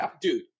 dude